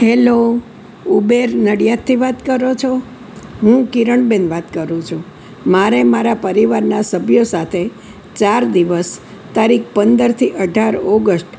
hello Uber નડિયાદથી વાત કરો છો હું કિરણ બેન વાત કરું છુ મારે મારા પરિવારના સભ્યો સાથે ચાર દિવસ તારીખ પંદરથી અઢાર ઓગસ્ટ